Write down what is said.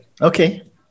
Okay